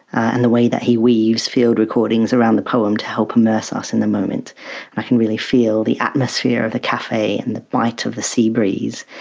and the way that he weaves field recordings around the poem to help immerse us in the moment. and i can really feel the atmosphere of the cafe, and the bite of the sea breeze,